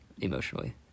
emotionally